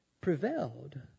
prevailed